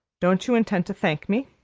don't you intend to thank me?